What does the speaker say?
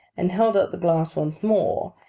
and held out the glass once more,